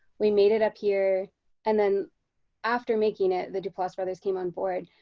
we made it up here and then after making it the duplass brothers came on board.